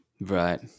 Right